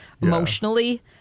emotionally